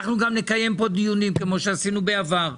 אנחנו גם נקיים כאן דיונים כפי שעשינו בעבר.